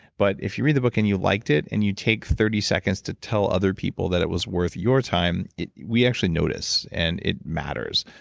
but if you read the book, and you liked it, and you take thirty seconds to tell other people that it was worth your time we actually notice, and it matters.